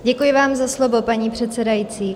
Děkuji vám za slovo, paní předsedající.